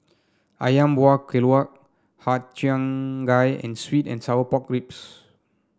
ayam Wuah Keluak Har Cheong Gai and sweet and Sour Pork Ribs